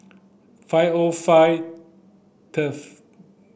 five O five